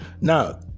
now